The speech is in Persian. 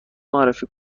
معرفی